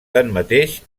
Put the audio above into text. tanmateix